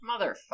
Motherfucker